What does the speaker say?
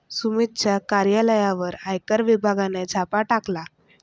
सुमितच्या कार्यालयावर आयकर विभागाने छापा टाकला